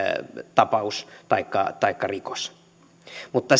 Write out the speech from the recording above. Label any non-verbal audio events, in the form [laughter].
tapaus taikka taikka rikos mutta [unintelligible]